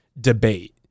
debate